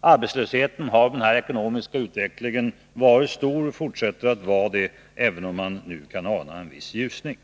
Arbetslösheten har med den här ekonomiska utvecklingen varit stor och fortsätter att vara det, även om man nu kan ana en viss ljusning.